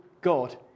God